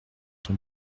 ton